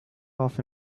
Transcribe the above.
off